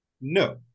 No